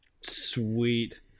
Sweet